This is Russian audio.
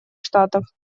штатов